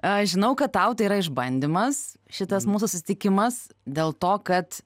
aš žinau kad tau tai yra išbandymas šitas mūsų susitikimas dėl to kad